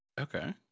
okay